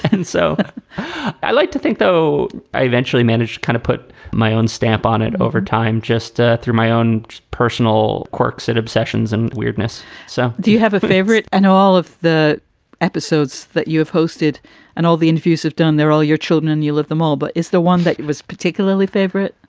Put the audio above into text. and so i like to think, though i eventually managed kind of put my own stamp on it over time, just ah through my own personal quirks and obsessions and weirdness so do you have a favorite in all of the episodes that you have hosted and all the interviews have done their all your children and you love them all, but is the one that was particularly favorite?